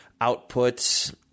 outputs